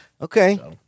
Okay